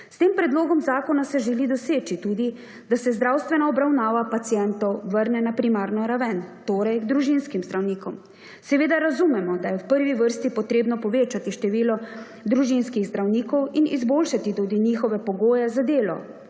S tem Predlogom zakona se želi doseči tudi, da se zdravstvena obravnava pacientov vrne na primarno raven, torej k družinskim zdravnikom. Seveda razumemo, da je v prvi vrsti potrebno povečati število družinskih zdravnikov in izboljšati tudi njihove pogoje za delo.